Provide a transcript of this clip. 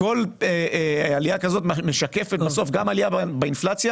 כל עלייה כזאת משקפת בסוף עלייה באינפלציה